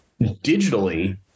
digitally